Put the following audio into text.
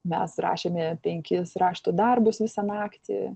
mes rašėme penkis rašto darbus visą naktį